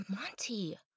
Monty